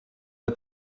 der